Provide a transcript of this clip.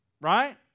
right